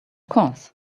course